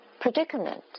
predicament